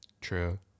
True